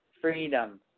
Freedom